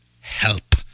help